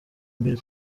mbere